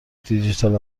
دیجیتال